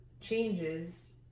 changes